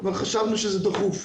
אבל חשבנו שזה דחוף.